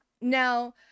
Now